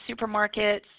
supermarkets